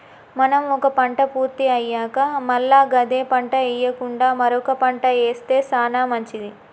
మనం ఒక పంట పూర్తి అయ్యాక మల్ల గదే పంట ఎయ్యకుండా మరొక పంట ఏస్తె సానా మంచిది